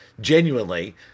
genuinely